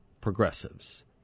progressives